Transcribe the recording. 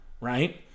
right